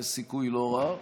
יש סיכוי לא רע,